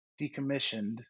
decommissioned